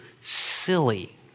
silly